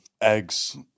eggs